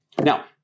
Now